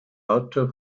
autor